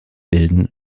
bilden